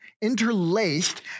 Interlaced